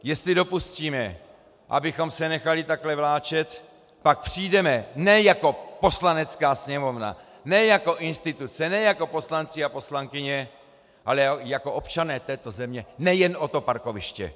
Jestli dopustíme, abychom se nechali takto vláčet, pak přijdeme ne jako Poslanecká sněmovna, ne jako instituce, ne jako poslanci a poslankyně, ale jako občané této země nejen o to parkoviště.